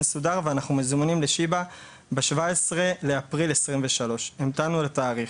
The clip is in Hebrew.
סודר ואנחנו מוזמנים לשיבא ב-17 באפריל 2023. המתנו לתאריך.